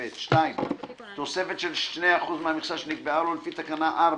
ו-(ב); תוספת של 2 אחוז מהמכסה שנקבעה לו לפי תקנה 4